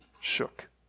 shook